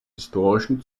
historischen